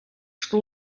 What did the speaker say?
что